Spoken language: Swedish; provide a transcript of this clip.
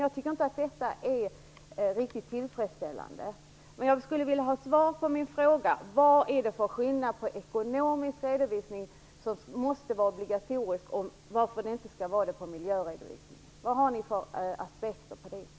Jag tycker inte att det är riktigt tillfredsställande. Jag skulle vilja ha svar på min fråga. Vad är det för skillnad på ekonomisk redovisning, som är obligatorisk, och miljöredovisning, som inte är det? Vad har ni för aspekter på det?